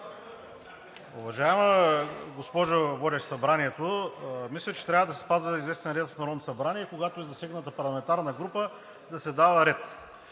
Уважаема госпожо водещ Събранието, мисля, че трябва да се спазва известен ред в Народното събрание и когато е засегната парламентарна група, да се дава ред.